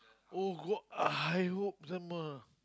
oh god I hope some more